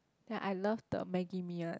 then I love the Maggi Mee one